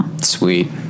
Sweet